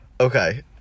Okay